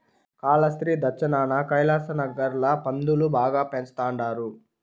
కాలాస్త్రి దచ్చినాన కైలాసనగర్ ల పందులు బాగా పెంచతండారు